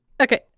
Okay